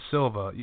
Silva